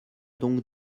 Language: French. donc